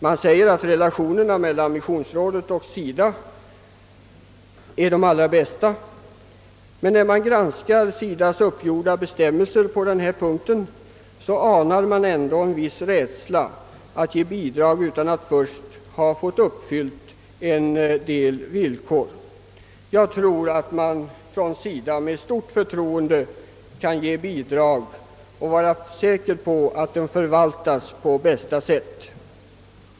Man säger att relationerna mellan t.ex. missionsrådet och SIDA är de allra bästa, men när man granskar SIDA:s bestämmelser på denna punkt anar man ändå en viss rädsla för att ge bidrag utan att en del villkor först blivit uppfyllda. Jag tror att SIDA med stort förtroende kan ge bidrag och vara säker på att de förvaltas på bästa sätt.